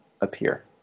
appear